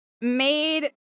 made